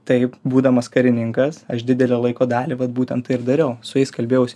taip būdamas karininkas aš didelę laiko dalį vat būtent tai ir dariau su jais kalbėjausi